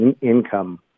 income